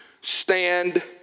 stand